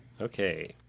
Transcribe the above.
Okay